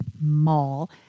mall